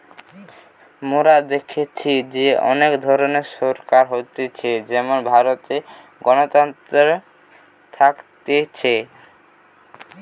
মোরা দেখেছি যে অনেক ধরণের সরকার হতিছে যেমন ভারতে গণতন্ত্র থাকতিছে